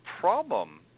problem